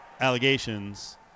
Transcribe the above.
allegations